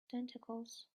tentacles